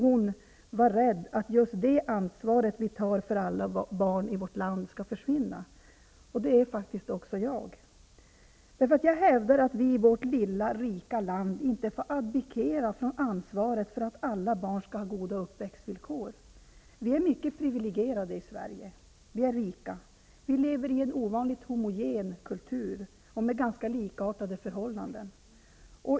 Hon var rädd för att just det ansvar vi tar för alla barn i vårt land skall försvinna. Det är faktiskt också jag. Jag hävdar att vi i vårt lilla, rika land inte får abdikera från ansvaret för att alla barn skall ha goda uppväxtvillkor. Vi är mycket priviligierade i Sverige. Vi är rika. Vi lever i en ovanligt homogen kultur och med ganska likartade förhållanden.